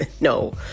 No